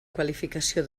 qualificació